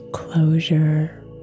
closure